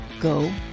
go